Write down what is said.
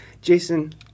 Jason